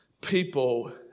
people